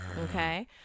Okay